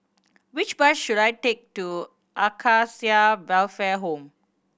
which bus should I take to Acacia Welfare Home